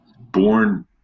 born